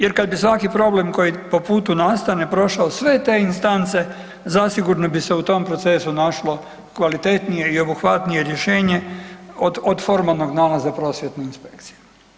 Jer, kad bi svaki problem koji po putu nastane prošao sve te instance, zasigurno bi se u tom procesu našlo kvalitetnije i obuhvatnije rješenje od formalnog nalaza prosvjetne inspekcije.